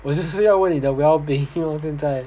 我只是要问你的 well-being lor 现在